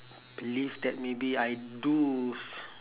believe that maybe I do s~